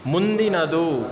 ಮುಂದಿನದು